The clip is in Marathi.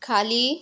खाली